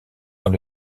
dans